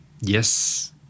yes